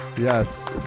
Yes